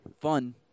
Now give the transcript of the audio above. fun